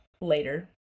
later